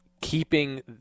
keeping